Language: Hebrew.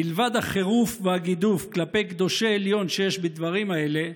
מלבד החירוף והגידוף כלפי קדושי העליון שיש בדברים האלה,